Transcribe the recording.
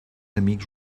amics